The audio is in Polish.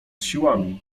siłami